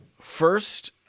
First